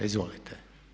Izvolite.